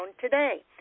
today